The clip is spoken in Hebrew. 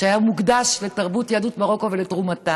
מוקדש מהבוקר ועד הערב לתרבות יהדות מרוקו ולתרומתה.